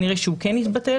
הוא התבטל.